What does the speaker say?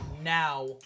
now